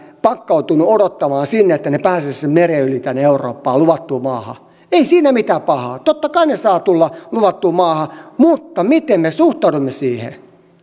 pakkautunut odottamaan sinne että he pääsisivät meren yli tänne eurooppaan luvattuun maahan ei siinä mitään pahaa totta kai he saavat tulla luvattuun maahan mutta miten me suhtaudumme siihen